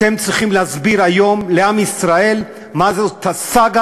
אתם צריכים להסביר היום לעם ישראל מה זאת הסאגה